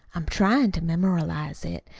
i'm tryin' to memorialize it,